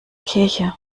kirche